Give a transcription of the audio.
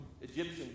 Egyptian